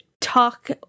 talk